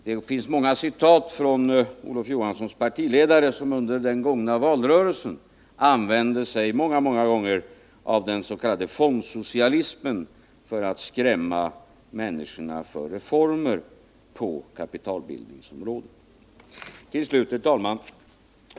Jag skulle kunna citera Olof Johanssons partiledare, som under den senaste valrörelsen många många gånger använde sig av den s.k. fondsocialismen för att skrämma människorna för reformer på kapitalbildningsområdet.